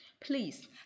Please